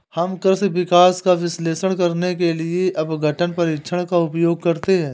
हम कृषि विकास का विश्लेषण करने के लिए अपघटन परीक्षण का उपयोग करते हैं